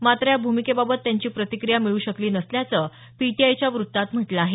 मात्र या भूमिकेबाबत त्यांची प्रतिक्रिया मिळू शकली नसल्याचं पीटीआयच्या व्रत्तात म्हटलं आहे